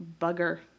bugger